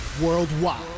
Worldwide